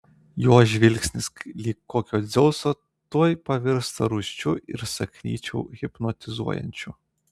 jos žvilgsnis lyg kokio dzeuso tuoj pavirsta rūsčiu ir sakyčiau hipnotizuojančiu